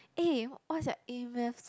eh what's your a-math